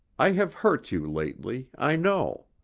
i have hurt you lately, i know.